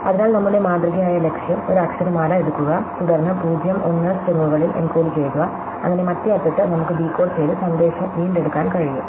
അതിനാൽ നമ്മുടെ മാതൃകയായ ലക്ഷ്യം ഒരു അക്ഷരമാല എടുക്കുക തുടർന്ന് 0 1 സ്ട്രിംഗുകളിൽ എൻകോഡു ചെയ്യുക അങ്ങനെ മറ്റേ അറ്റത്ത് നമുക്ക് ഡീകോഡ് ചെയ്ത് സന്ദേശം വീണ്ടെടുക്കാൻ കഴിയും